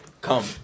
Come